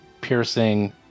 piercing